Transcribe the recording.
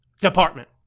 Department